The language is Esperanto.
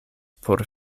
por